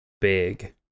big